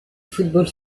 football